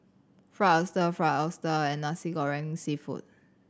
Fried Oyster Fried Oyster and Nasi Goreng Seafood